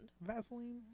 Vaseline